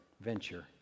venture